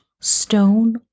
stone